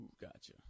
gotcha